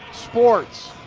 sports.